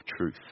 truth